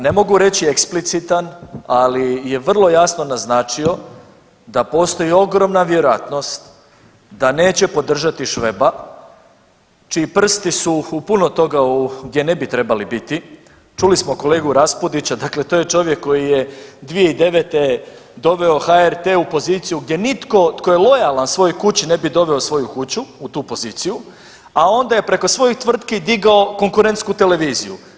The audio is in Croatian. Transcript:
Ne mogu reći eksplicitan ali je vrlo jasno naznačio da postoji ogromna vjerojatnost da neće podržati Šveba, čiji prsti su u puno toga gdje ne bi trebali biti, čuli smo kolegu Raspudića, dakle to je čovjek koji je 2009. doveo HRT u poziciju gdje nitko tko je lojalan svojoj kući, ne bi doveo svoju kuću u tu poziciju a onda je preko svojih tvrtki digao konkurentsku televiziju.